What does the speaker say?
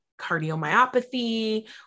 cardiomyopathy